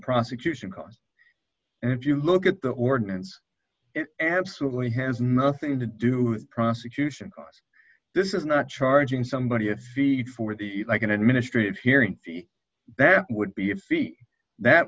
prosecution cause and if you look at the ordinance it absolutely has nothing to do prosecution this is not charging somebody a feat for the like an administrative hearing that would be a feat that